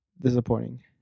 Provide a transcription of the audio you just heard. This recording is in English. Disappointing